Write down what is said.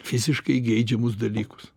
fiziškai geidžiamus dalykus